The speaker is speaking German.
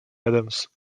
adams